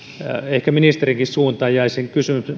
ehkä ministerinkin suuntaan jäisin